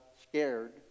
scared